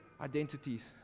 identities